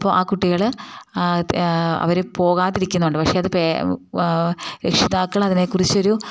അപ്പം ആ കുട്ടികൾ ആ ആ അവർ പോകാതിരിക്കുന്നുണ്ട് പക്ഷേ അത് ആ രക്ഷിതാക്കൾ അതിനെ കുറിച്ച് ഒരു